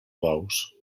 bous